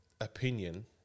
opinion